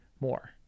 more